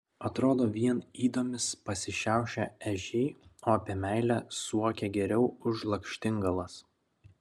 atrodo vien ydomis pasišiaušę ežiai o apie meilę suokia geriau už lakštingalas